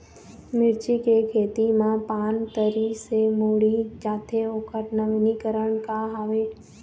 मिर्ची के खेती मा पान तरी से मुड़े जाथे ओकर नवीनीकरण का हवे?